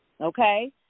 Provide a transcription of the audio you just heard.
Okay